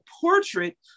portrait